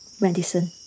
medicine